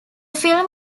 film